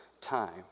time